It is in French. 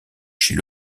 chez